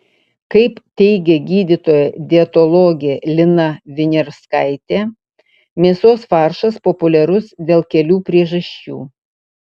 kaip teigia gydytoja dietologė lina viniarskaitė mėsos faršas populiarus dėl kelių priežasčių